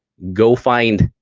go find,